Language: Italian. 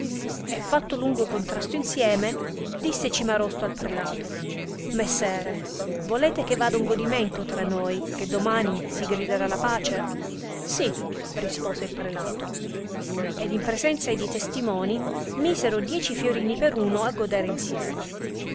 e fatto lungo contrasto insieme disse cimarosto al prelato messere volete che vada un godimento tra noi che dimani si griderà la pace sì rispose il prelato ed in presenzia di testimoni misero dieci fiorini per uno a godere insieme